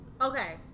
Okay